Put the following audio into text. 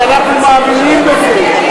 כי אנחנו מאמינים בזה,